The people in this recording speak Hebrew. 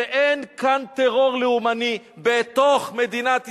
שאין כאן טרור לאומני בתוך מדינת ישראל,